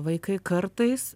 vaikai kartais